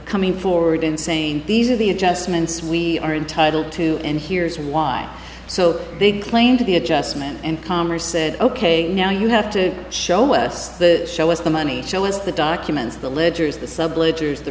coming forward and saying these are the adjustments we are entitled to and here's why so they claim to the adjustment and comer said ok now you have to show us the show us the money show us the documents the